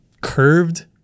curved